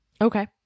Okay